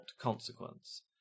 consequence